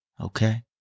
Okay